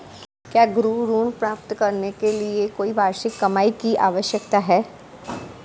क्या गृह ऋण प्राप्त करने के लिए कोई वार्षिक कमाई की आवश्यकता है?